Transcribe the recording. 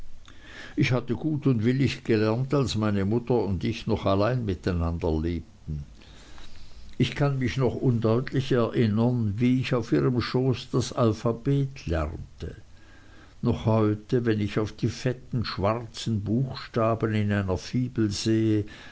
ich hatte gut und willig gelernt als meine mutter und ich noch allein miteinander lebten ich kann mich noch undeutlich erinnern wie ich auf ihrem schoß das alphabet lernte noch heute wenn ich auf die fetten schwarzen buchstaben in einer fibel sehe